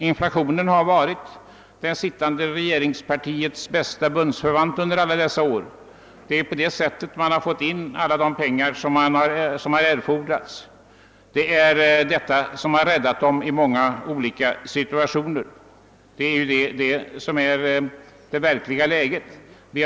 Inflationen har varit regeringspartiets bästa bundsförvant under alla dessa år — det är på det sättet man har fått in de pengar som erfordrats, och detta har räddat regeringen i många olika situationer. Sådant är det verkliga läget.